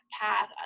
path